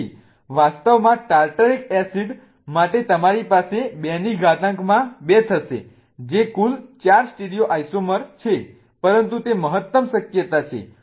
તેથી વાસ્તવમાં tartaric acid માટે તમારી પાસે 2 ની ઘાતાંકમાં 2 થશે જે કુલ 4 સ્ટીરિયોઆઈસોમર છે પરંતુ તે મહત્તમ શક્યતા છે